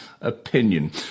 opinion